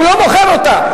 הוא לא מוכר אותה.